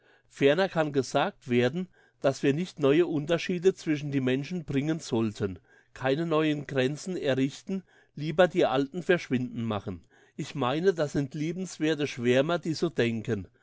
ferner kann gesagt werden dass wir nicht neue unterschiede zwischen die menschen bringen sollten keine neuen grenzen errichten lieber die alten verschwinden machen ich meine das sind liebenswerthe schwärmer die so denken